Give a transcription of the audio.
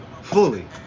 Fully